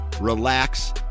relax